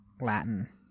Latin